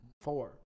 four